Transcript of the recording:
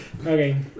Okay